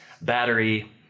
battery